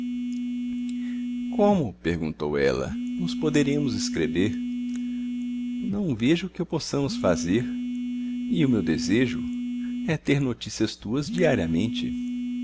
como perguntou ela nos poderemos escrever não vejo que o possamos fazer e o meu desejo é ter notícias tuas diariamente